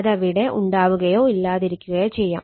അതവിടെ ഉണ്ടാവുകയോ ഇല്ലാതിരിക്കുകയോ ചെയ്യാം